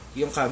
yung